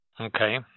Okay